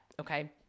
okay